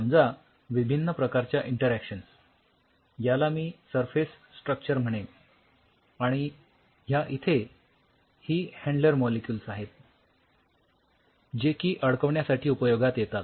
समजा विभिन्न प्रकारच्या इंटरॅक्शन्स याला मी सरफेस स्ट्रक्चर म्हणेन आणि ह्या इथे ही हॅन्डलर मॉलिक्युल्स आहेत जे की अडकविण्यासाठी उपयोगात येतात